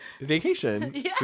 vacation